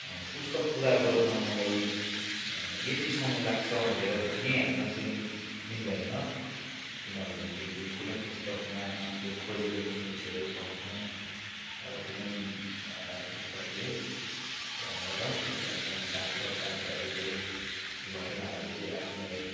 पुस्तक पुरा गर्न मलाई यति समय लाग्छ भनेर भनिहाल्न चाहिँ मिल्दैन किनभनेदेखि कुनै पुस्तकमा आफूले खोजेको जस्तो विषयहरू पाउँछौँ र कुनै पुस्तकले र पुस्तकका पात्र पात्राहरूले घटनाहरूले आफूलाई